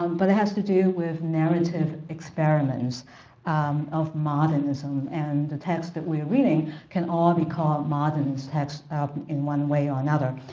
um but it has to do with narrative experiments of modernism, and the texts that we are reading can all be called modernist texts in one way or another.